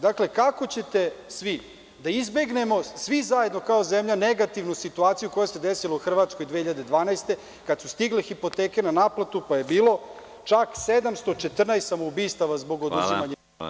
Dakle, kako ćete svi da izbegnemo svi zajedno kao zemlja negativnu situaciju koja se desila u Hrvatskoj 2012. godine kada su stigle hipoteke na naplatu, pa je bilo čak 714 samoubistava zbog oduzimanja imovine.